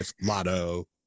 Lotto